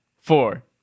four